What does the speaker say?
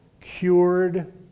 cured